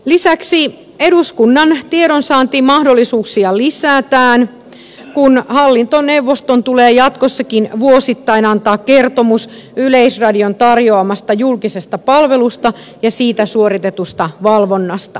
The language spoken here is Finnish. lisäksi eduskunnan tiedonsaantimahdollisuuksia lisätään kun hallintoneuvoston tulee jatkossakin vuosittain antaa kertomus yleisradion tarjoamasta julkisesta palvelusta ja siitä suoritetusta valvonnasta